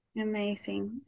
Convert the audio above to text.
Amazing